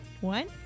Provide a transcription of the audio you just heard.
one